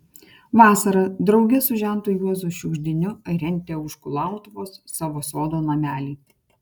vasarą drauge su žentu juozu šiugždiniu rentė už kulautuvos savo sodo namelį